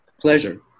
pleasure